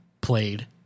played